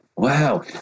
Wow